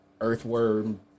Earthworm